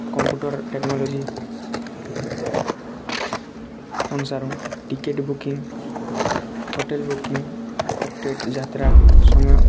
computer technology ଅନୁସାର୍ ticket booking hotel booking ଆଉ state ଯାତ୍ରା ସମୟ